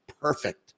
perfect